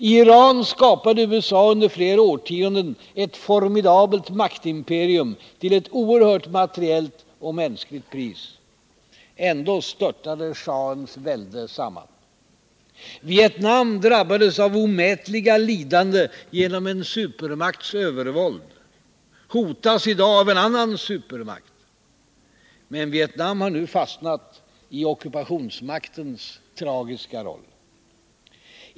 I Iran skapade USA under flera årtionden ett formidabelt maktimperium till ett oerhört materiellt och mänskligt pris. Ändå störtade schahens välde samman. Vietnam drabbades av omätliga lidanden genom en supermakts övervåld, och landet hotas i dag av en annan supermakt. Men Vietnam har nu fastnat i ockupationsmaktens tragiska roll.